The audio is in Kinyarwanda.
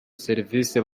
serivisi